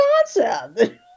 concept